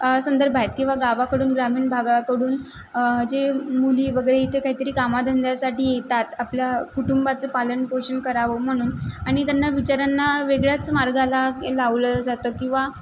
संदर्भ आहेत किंवा गावाकडून ग्रामीण भागाकडून जे मुली वगैरे इथे काहीतरी कामाधंद्यासाठी येतात आपल्या कुटुंबाचं पालनपोषण करावं म्हणून आणि त्यांना विचारांना वेगळ्याच मार्गाला लावलं जातं किंवा